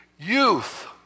youth